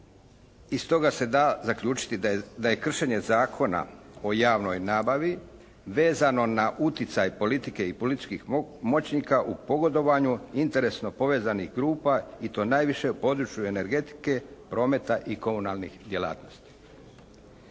i stoga se da zaključiti da je kršenje Zakona o javnoj nabavi vezano na uticaj politike i političkih moćnika u pogodovanju interesno povezanih grupa i to najviše u području energetike, prometa i komunalnih djelatnosti.